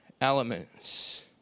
elements